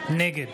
נגד